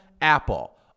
Apple